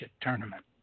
tournament